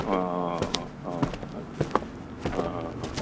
অঁ অঁ অঁ অঁ অঁ অঁ অঁ অঁ